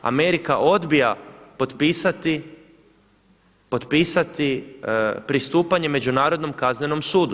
Amerika odbija potpisati pristupanje Međunarodnom kaznenom sudu.